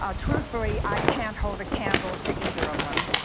ah truthfully, i can't hold a candle to either of them